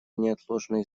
неотложной